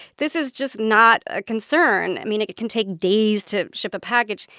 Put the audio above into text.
this is just not a concern. i mean, it can take days to ship a package.